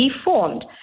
reformed